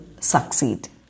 succeed